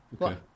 Okay